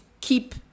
keep